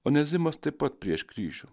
onezimas taip pat prieš kryžių